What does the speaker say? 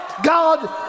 god